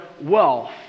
wealth